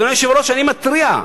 אדוני היושב-ראש, אני מתריע: